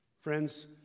Friends